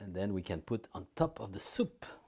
and then we can put on top of the soup